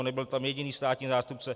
Nebyl tam jediný státní zástupce.